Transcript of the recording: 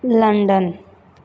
London